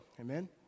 Amen